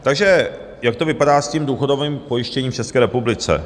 Takže jak to vypadá s důchodovým pojištěním v České republice?